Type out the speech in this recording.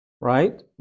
right